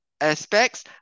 aspects